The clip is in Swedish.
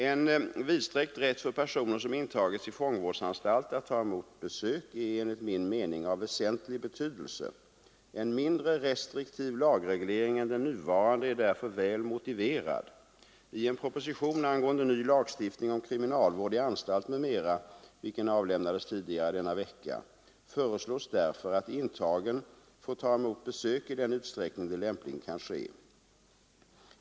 En vidsträckt rätt för personer som intagits i fångvårdsanstalt att ta emot besök är enligt min mening av väsentlig betydelse. En mindre restriktiv lagreglering än den nuvarande är därför väl motiverad. I en proposition angående ny lagstiftning om kriminalvård i anstalt m.m., vilken avlämnades tidigare i denna vecka, föreslås därför att intagen får ta emot besök i den utsträckning det lämpligen kan ske.